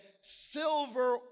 silver